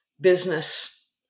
business